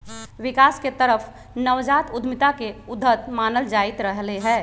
विकास के तरफ नवजात उद्यमिता के उद्यत मानल जाईंत रहले है